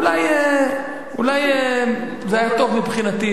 אולי זה היה טוב מבחינתי,